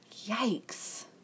Yikes